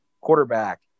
quarterback